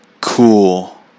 cool